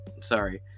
sorry